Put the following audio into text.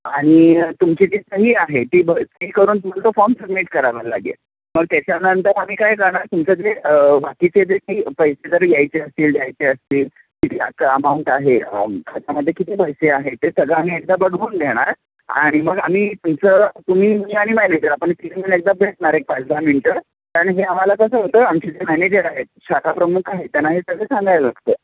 आणि तुमची जी सही आहे ती ब हे करून तुम्हाला तो फॉर्म सबमिट करावा लागेल मग त्याच्यानंतर आम्ही काय करणार तुमचं जे बाकीचे जे काही पैसे जरी यायचे असतील द्यायचे असतील जी काही क अमाऊंट आहे त्याच्यामध्ये किती पैसे आहे ते सगळं आम्ही एकदा बघून देणार आणि मग आम्ही तुमचं तुम्ही मी आणि मॅनेजर आपण तिघं एकदा भेटणार एक पाच दहा मिनटं कारण हे आम्हाला कसं होतं आमचे जे मॅनेजर आहेत शाखा प्रमुख आहे त्यांना हे सगळं सांगायला लागतं